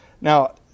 Now